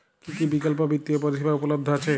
কী কী বিকল্প বিত্তীয় পরিষেবা উপলব্ধ আছে?